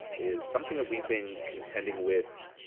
is something that we've been contending with,